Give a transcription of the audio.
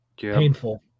Painful